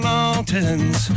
Mountains